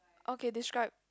okay describe